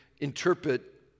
interpret